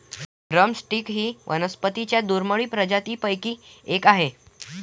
drum stick ही वनस्पतीं च्या दुर्मिळ प्रजातींपैकी एक आहे